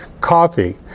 coffee